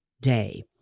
day